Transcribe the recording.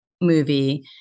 movie